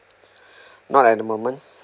not at the moment